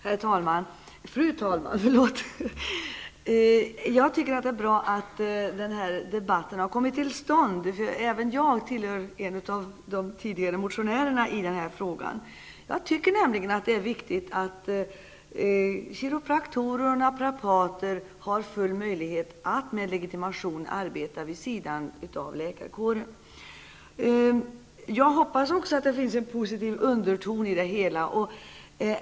Fru talman! Jag tycker att det är bra att denna debatt har kommit till stånd. Även jag är nämligen en av dem som tidigare har motionerat i denna fråga. Jag tycker att det är viktigt att kiropraktorer och naprapater har full möjlighet att med legitimation arbeta vid sidan av läkarkåren. Jag hoppas också att det finns en positiv underton i det hela.